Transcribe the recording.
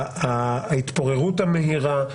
ההתפוררות המהירה.